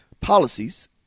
policies